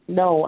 no